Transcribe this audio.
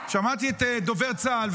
שמעתי את דובר צה"ל,